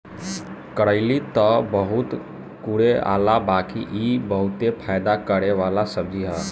करइली तअ बहुते कड़ूआला बाकि इ बहुते फायदा करेवाला सब्जी हअ